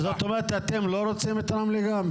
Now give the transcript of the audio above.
זאת אומרת, אתם לא רוצים את רמלה גם?